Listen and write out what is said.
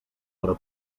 però